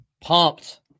pumped